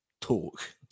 talk